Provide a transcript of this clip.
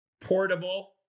portable